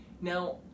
Now